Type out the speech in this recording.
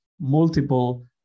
multiple